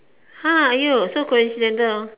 !huh! !aiyo! so coincidental hor